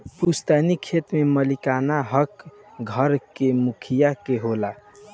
पुस्तैनी खेत पर मालिकाना हक घर के मुखिया के होला